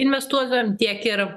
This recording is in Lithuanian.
investuotojam tiek ir